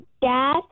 Dad